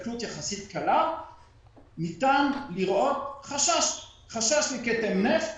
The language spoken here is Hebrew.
הסתכלות יחסית קלה ניתן לראות חשש לכתם נפט,